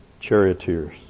charioteers